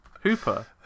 Hooper